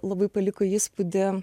labai paliko įspūdį